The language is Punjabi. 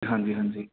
ਹਾਂਜੀ ਹਾਂਜੀ